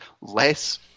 Less